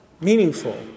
Meaningful